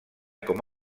com